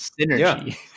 Synergy